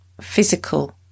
physical